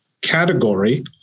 category